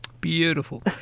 beautiful